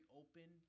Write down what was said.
open